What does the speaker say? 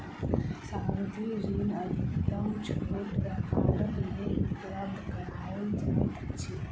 सावधि ऋण अधिकतम छोट व्यापारक लेल उपलब्ध कराओल जाइत अछि